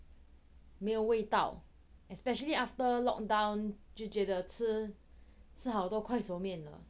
没有味道 especially after lockdown 就觉得吃吃好多快熟面